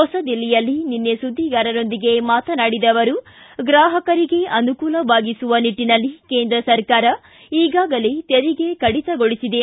ಹೊಸದಿಲ್ಲಿಯಲ್ಲಿ ನಿನ್ನೆ ಸುದ್ದಿಗಾರರೊಂದಿಗೆ ಮಾತನಾಡಿದ ಅವರು ಗ್ರಾಪಕರಿಗೆ ಅನುಕೂಲವಾಗಿಸುವ ನಿಟ್ಟಿನಲ್ಲಿ ಕೇಂದ್ರ ಸರ್ಕಾರ ಈಗಾಗಲೇ ತೆರಿಗೆ ಕಡಿತಗೊಳಿಸಿದೆ